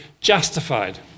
justified